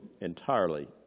entirely